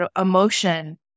emotion